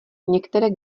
některé